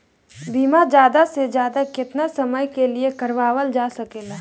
बीमा ज्यादा से ज्यादा केतना समय के लिए करवायल जा सकेला?